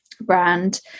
brand